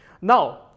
Now